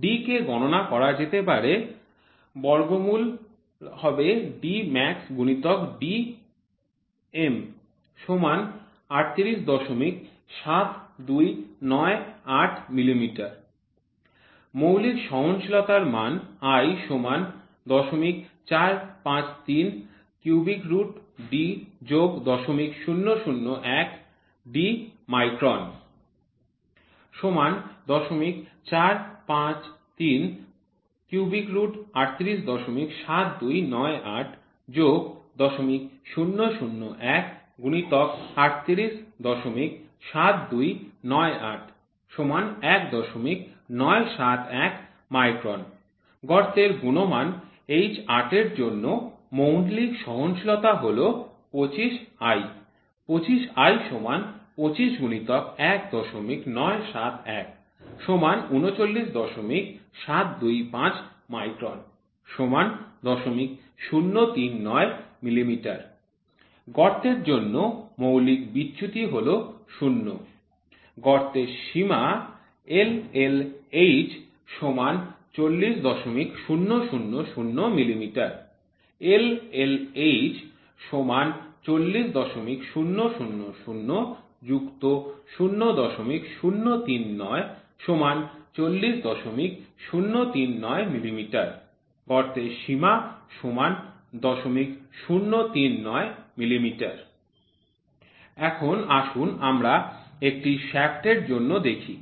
D কে গননা করা যেতে পারে Dmax×Dm∈ ৩৮৭২৯৮ মিমি মৌলিক সহনশীলতার মান i ০৪৫৩৩D০০০১ D মাইক্রন ০৪৫৩৩৩৮৭২৯৮০০০১× ৩৮৭২৯৮ ১৯৭১ মাইক্রন গর্তের গুণমান H8 এর জন্য মৌলিক সহনশীলতা হল ২৫i ২৫i ২৫×১৯৭১ ৩৯৭২৫ মাইক্রন ০০৩৯ মিমি গর্তের জন্য মৌলিক বিচ্যুতি হল শূন্য গর্তের সীমা LLH ৪০০০০ মিমি HLH ৪০০০০ ০০৩৯ ৪০০৩৯ মিমি গর্তের সীমা ০০৩৯ মিমি এখন আসুন আমরা একটি শ্যাফ্টের জন্য দেখি